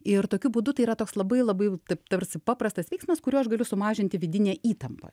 ir tokiu būdu tai yra toks labai labai taip tarsi paprastas veiksmas kuriuo aš galiu sumažinti vidinę įtampą